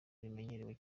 rimenyerewe